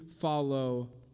follow